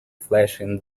flashing